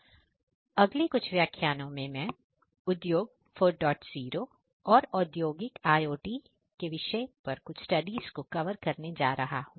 अगले कुछ व्याख्यानों में मैं उद्योग 40 और औद्योगिक IOT के विषयों पर कुछ स्टडीज को कवर करने जा रहा हूं